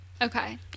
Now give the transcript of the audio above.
Okay